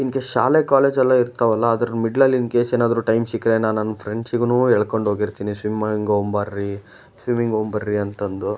in case ಶಾಲೆ ಕಾಲೇಜೆಲ್ಲ ಇರ್ತವಲ್ಲ ಅದರ ಮಿಡ್ಲಲ್ಲಿ ಇನ್ಕೇಸ್ ಏನಾದರೂ ಟೈಮ್ ಸಿಕ್ಕರೆ ನಾನು ನನ್ನ ಫ್ರೆಂಡ್ಸಿಗೂ ಎಳ್ಕೊಂಡು ಹೋಗಿರ್ತೀನಿ ಸಿಮ್ಮಿಂಗ್ ಹೋಗ್ಬರ್ರೀ ಸ್ವಿಮ್ಮಿಂಗ್ ಹೋಗ್ಬರ್ರಿ ಅಂತ ಅಂದು